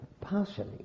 partially